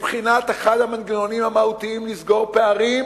מבחינת אחד המנגנונים המהותיים לסגור פערים